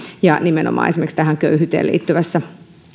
ja nimenomaan esimerkiksi köyhyyteen liittyvässä